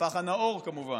הפח הנאור, כמובן.